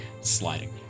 sliding